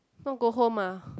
not go home ah